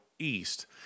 East